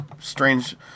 strange